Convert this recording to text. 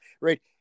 right